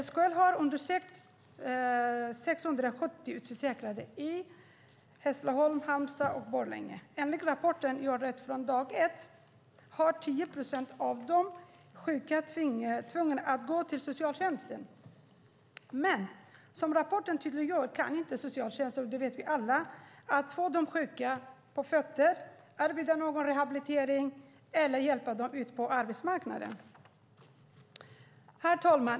SKL har undersökt 670 utförsäkrade i Hässleholm, Halmstad och Borlänge. Enligt rapporten Gör rätt från dag ett har 10 procent av de sjuka varit tvungna att gå till socialtjänsten. Men rapporten visar tydligt att socialtjänsten inte kan få de sjuka på fötter, arbeta med rehabilitering eller hjälpa dem ut på arbetsmarknaden. Herr talman!